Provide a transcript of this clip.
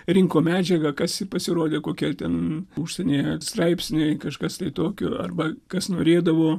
rinko medžiagą kas pasirodė kokia ten užsienyje straipsniai kažkas tokio arba kas norėdavo